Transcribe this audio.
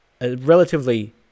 relatively